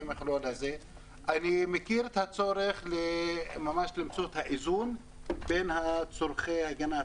אני מכיר את הצורך למצוא את האיזון בין צורכי הגנת